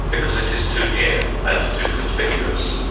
because it is too near and too conspicuous.